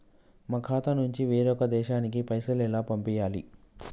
మా ఖాతా నుంచి వేరొక దేశానికి పైసలు ఎలా పంపియ్యాలి?